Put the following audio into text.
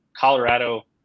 Colorado